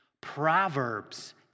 Proverbs